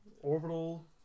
Orbital